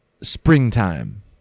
springtime